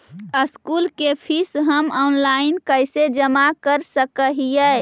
School के fees हम online कैसे जमा कर सक हिय?